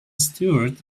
stewart